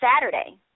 Saturday